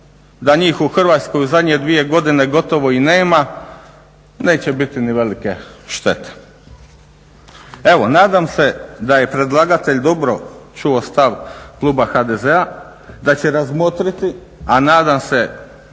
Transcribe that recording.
da njih u Hrvatskoj u zadnje 2 godine gotovo i nema neće biti ni velike štete. Evo, nadam se da je predlagatelj dobro čuo stav kluba HDZ-a, da će razmotriti a nadam se